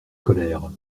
colère